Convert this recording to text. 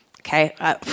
Okay